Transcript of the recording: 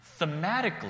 thematically